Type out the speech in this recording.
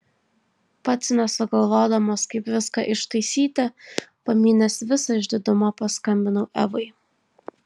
pats nesugalvodamas kaip viską ištaisyti pamynęs visą išdidumą paskambinau evai